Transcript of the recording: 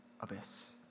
abyss